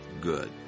good